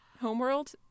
homeworld